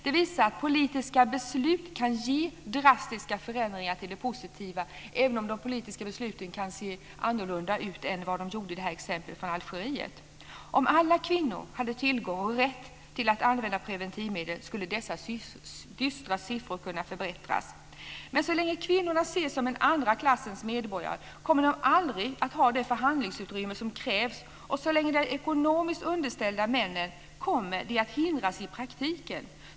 Det visar att politiska beslut kan ge drastiska förändringar till det positiva, även om de politiska besluten kan se annorlunda ut än vad de gjorde i det här fallet i Algeriet. Om alla kvinnor hade tillgång till och rätt att använda preventivmedel skulle dessa dystra siffror kunna förbättras. Men så länge kvinnorna ses som andra klassens medborgare kommer de aldrig att ha det förhandlingsutrymme som krävs. Så länge de är ekonomiskt underställda männen kommer de att hindras i praktiken.